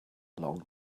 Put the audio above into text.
along